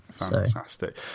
Fantastic